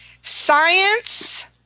science